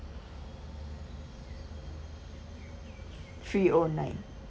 three O nine